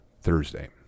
Thursday